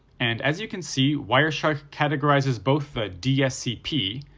and as you can see wireshark categorizes both the dscp,